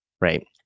right